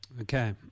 Okay